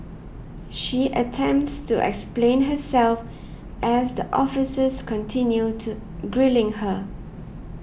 she attempts to explain herself as the officers continue to grilling her